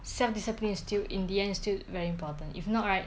self discipline is still in the end it is still very important if not right